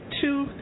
two